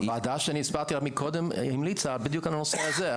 הוועדה שאני הסברתי עליה מקודם המליצה בדיוק על הנושא הזה.